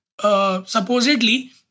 Supposedly